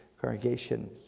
congregation